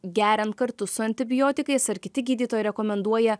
geriant kartu su antibiotikais ar kiti gydytojai rekomenduoja